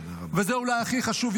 וזה אולי הכי חשוב,